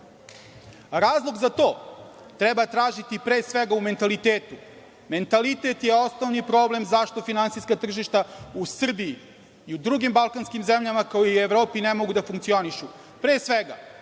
Razlog za to treba tražiti pre svega u mentalitetu. Mentalitet je osnovni problem zašto finansijska tržišta u Srbiji i drugim balkanskim zemljama, kao i u Evropi ne mogu da funkcionišu.